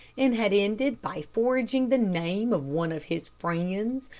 and had ended by forging the name of one of his friends,